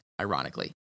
ironically